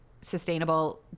sustainable